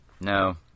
No